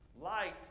Light